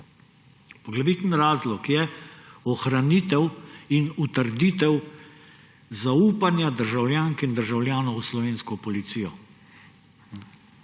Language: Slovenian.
Poglaviten razlog je ohranitev in utrditev zaupanja državljank in državljanov v slovensko policijo.